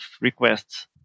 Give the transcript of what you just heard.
requests